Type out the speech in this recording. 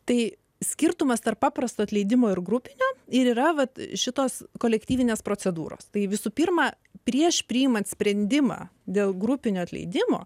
tai skirtumas tarp paprasto atleidimo ir grupinio ir yra vat šitos kolektyvinės procedūros tai visų pirma prieš priimant sprendimą dėl grupinio atleidimo